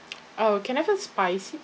oh can I put spicy